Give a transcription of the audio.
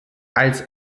als